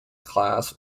class